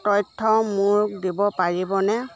তথ্য মোক দিব পাৰিবনে